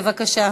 בבקשה.